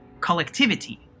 collectivity